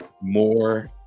More